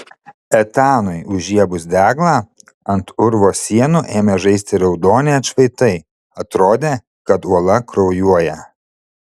etanui užžiebus deglą ant urvo sienų ėmė žaisti raudoni atšvaitai atrodė kad uola kraujuoja